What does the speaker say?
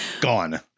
Gone